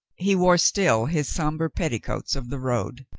he wore still his somber petticoats of the road,